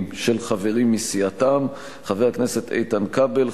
של חברים מסיעתם: חבר הכנסת איתן כבל,